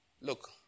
look